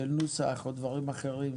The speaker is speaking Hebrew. של נוסח או דברים אחרים,